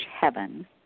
heaven